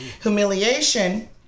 Humiliation